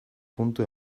puntu